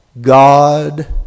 God